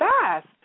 fast